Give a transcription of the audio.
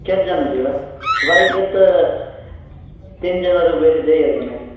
କେତେ ଜଣ ଯିବା ବାଇକ୍ରେ ତ ତିନି ଜଣରୁ ବେଶୀ ଯାଇ ହେବ ନାହିଁ